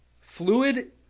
Fluid